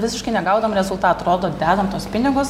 visiškai negaudavom rezultatų rodo dedam tuos pinigus